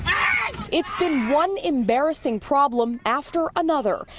it's been one embarrassing problem after another.